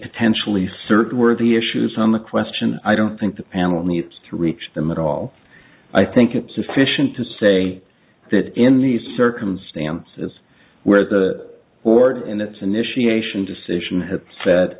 potentially circuit worthy issues on the question i don't think the panel needs to reach them at all i think it's sufficient to say that in the circumstances where the board and its initiation decision